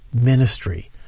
ministry